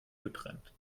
getrennt